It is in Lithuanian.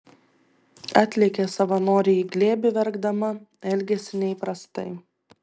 atlėkė savanorei į glėbį verkdama elgėsi neįprastai